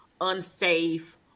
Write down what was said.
unsafe